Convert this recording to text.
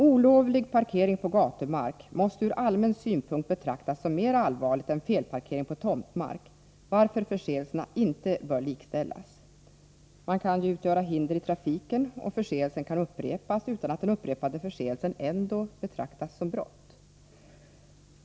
Olovlig parkering på gatumark måste ur allmän synpunkt betraktas som mer allvarlig än felparkering på tomtmark, varför förseelserna inte bör likställas. Man kan utgöra hinder i trafiken, och förseelsen kan upprepas utan att den upprepade förseelsen ändå betraktas som brott.